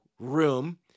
room